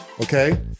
Okay